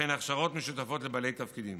וכן הכשרות משותפות לבעלי תפקידים.